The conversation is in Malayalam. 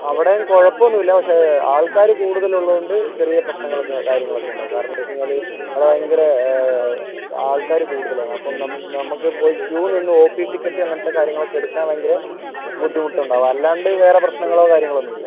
അവിടേയും കുഴപ്പമൊന്നുമില്ല പക്ഷേ ആൾക്കാർ കൂടുതലുള്ളതുകൊണ്ട് ചെറിയ പ്രശനങ്ങളൊക്കെ കാര്യങ്ങളൊക്കെയുണ്ട് കാരണം എന്നാണ് വെച്ചാൽ അവിടെ ഭയങ്കര ആൾക്കാർ കൂടുതലാണ് അപ്പം നമ്മക്ക് പോയി ക്യൂ നിന്ന് ഒ പി അങ്ങനത്തെ ടിക്കറ്റ് കാര്യങ്ങളൊക്കെ എടുക്കാൻ ഭയങ്കരെ ബുദ്ധിമുട്ടണ്ടണ്ടാവും അല്ലാണ്ട് വേറെ പ്രശനങ്ങളോ കാര്യങ്ങളോ ഒന്നുമില്ല